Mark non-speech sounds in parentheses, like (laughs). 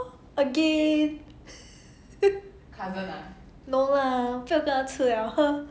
again (laughs) no lah 我不要跟他吃了 (noise)